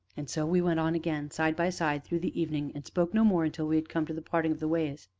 and so we went on again, side by side, through the evening, and spoke no more until we had come to the parting of the ways.